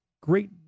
great